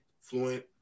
fluent